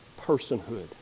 personhood